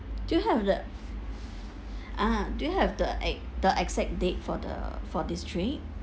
do you have the ah do you have the ex~ the exact date for the for this trade